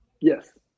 Yes